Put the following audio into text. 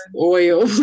oil